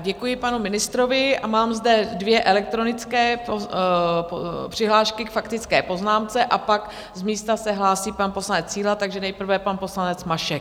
Děkuji panu ministrovi a mám zde dvě elektronické přihlášky k faktické poznámce a pak z místa se hlásí pan poslanec Síla, takže nejprve pan poslanec Mašek.